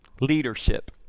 Leadership